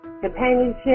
companionship